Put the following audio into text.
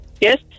Yes